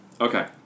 Okay